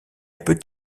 peut